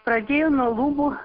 pradėjo nuo lubų